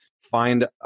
find